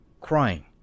crying